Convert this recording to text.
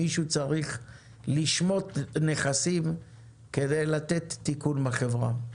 מישהו צריך לשמוט נכסים כדי לתת תיקון לחברה.